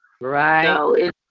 Right